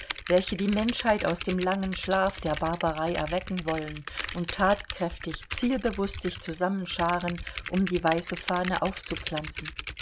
welche die menschheit aus dem langen schlaf der barbarei erwecken wollen und thatkräftig zielbewußt sich zusammenschaaren um die weiße fahne aufzupflanzen